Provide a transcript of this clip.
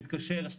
להתקשר,